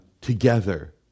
together